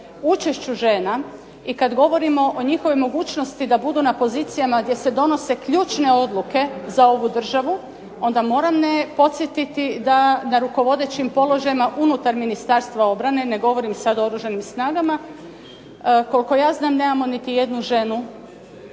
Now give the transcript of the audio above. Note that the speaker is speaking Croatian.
učešću žena i kad govorimo o njihovoj mogućnosti da budu na pozicijama gdje se donose ključne odluke za ovu državu onda moram podsjetiti da na rukovodećim položajima unutar Ministarstva obrane, ne govorim sad o Oružanim snagama, koliko ja znam nemamo niti jednu ženu